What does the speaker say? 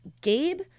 Gabe